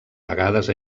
vegades